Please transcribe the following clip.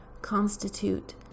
constitute